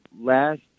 last